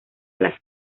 las